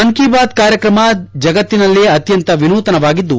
ಮನ್ ಕಿ ಬಾತ್ ಕಾರ್ಯಕ್ರಮ ಜಗತ್ತಿನಲ್ಲೇ ಅತ್ಯಂತ ವಿನೂತನವಾಗಿದ್ದು